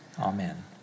amen